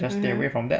mm